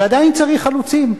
ועדיין צריך חלוצים,